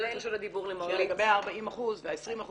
את רשות הדיבור --- שלגבי ה-40% וה-20%,